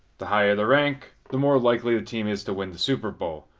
the higher the rank, the more likely the team is to win the super bowl,